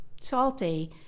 salty